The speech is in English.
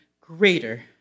greater